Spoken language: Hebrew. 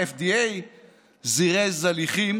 ה-FDA זירז הליכים.